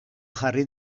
jarri